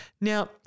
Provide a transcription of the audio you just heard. Now